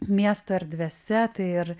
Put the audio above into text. miesto erdvėse tai ir